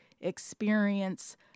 experience